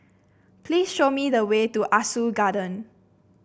please show me the way to Ah Soo Garden